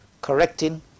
correcting